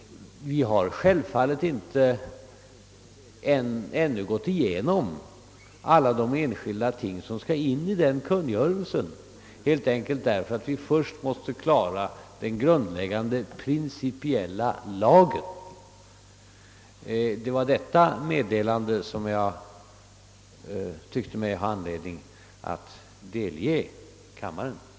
Självfallet har vi ännu inte gått igenom alla de särskilda saker som skall tas med i denna kungörelse, och det beror helt enkelt på att vi först måste klara av den grundläggande principiella lagen. Det var denna upplysning som jag tyckte mig ha anledning att delge kammarens ledamöter.